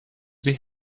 sie